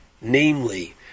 namely